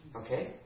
Okay